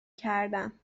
کردم